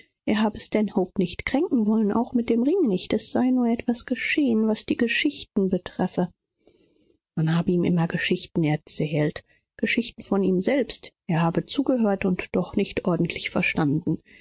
er habe stanhope nicht kränken wollen auch mit dem ring nicht es sei nur etwas geschehen was die geschichten betreffe man habe ihm immer geschichten erzählt geschichten von ihm selbst er habe zugehört und doch nicht ordentlich verstanden